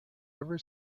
ever